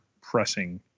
pressing